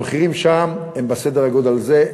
המחירים שם הם בסדר הגודל הזה,